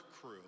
crew